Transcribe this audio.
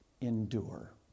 endure